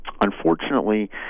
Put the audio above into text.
Unfortunately